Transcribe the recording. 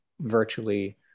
virtually